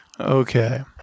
Okay